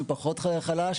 מי חלש.